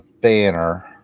banner